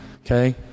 Okay